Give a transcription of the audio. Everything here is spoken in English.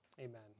Amen